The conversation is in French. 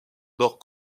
nord